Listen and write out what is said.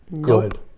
good